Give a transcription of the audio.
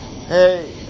Hey